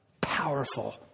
powerful